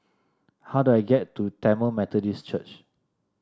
how do I get to Tamil Methodist Church